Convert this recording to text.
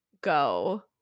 go